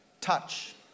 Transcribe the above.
touch